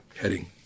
heading